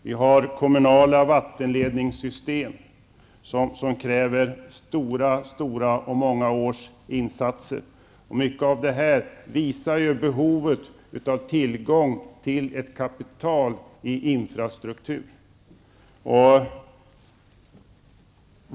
Vi har kommunala vattenledningssystem som kräver stora och många års insatser. Mycket av detta visar på behovet av tillgång till ett kapital i infrastruktur.